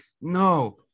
No